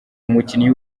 umukinnyi